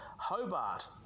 Hobart